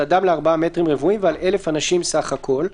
אדם ל-4 מטרים רבועים ועל 1,000 אנשים סך הכול,